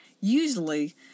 Usually